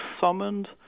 summoned